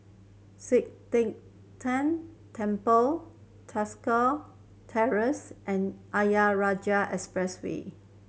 Sian Teck Tng Temple Tosca Terrace and Ayer Rajah Expressway